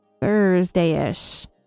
Thursday-ish